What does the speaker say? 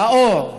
מאור,